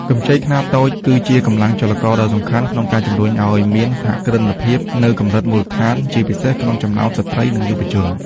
កម្ចីខ្នាតតូចគឺជាកម្លាំងចលករដ៏សំខាន់ក្នុងការជំរុញឱ្យមានសហគ្រិនភាពនៅកម្រិតមូលដ្ឋាន ជាពិសេសក្នុងចំណោមស្ត្រី និងយុវជន។